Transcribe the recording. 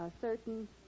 certain